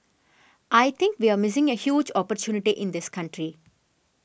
I think we're missing a huge opportunity in this country